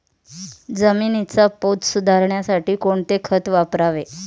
जमिनीचा पोत सुधारण्यासाठी कोणते खत वापरावे?